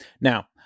Now